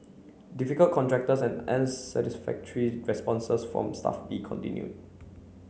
difficult contractors and unsatisfactory responses from Staff B continued